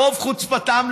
ברוב חוצפתם,